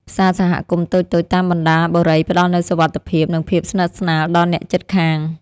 ផ្សារសហគមន៍តូចៗតាមបណ្ដាបុរីផ្ដល់នូវសុវត្ថិភាព និងភាពស្និទ្ធស្នាលដល់អ្នកជិតខាង។